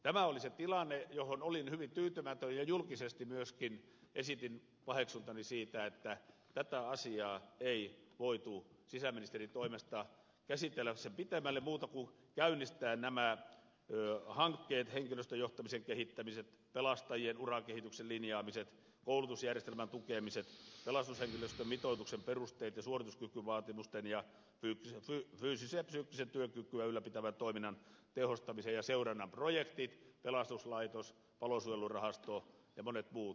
tämä oli se tilanne johon olin hyvin tyytymätön ja julkisesti myöskin esitin paheksuntani siitä että tätä asiaa ei voitu sisäministerin toimesta käsitellä sen pitemmälle muuta kuin käynnistää nämä hankkeet henkilöstöjohtamisen kehittämisen pelastajien urakehityksen linjaamisen koulutusjärjestelmän tukemisen pelastushenkilöstön mitoituksen perusteet ja suorituskykyvaatimusten ja fyysistä ja psyykkistä työkykyä ylläpitävän toiminnan tehostamisen ja seurannan projektit pelastuslaitos palosuojelurahasto ja monet muut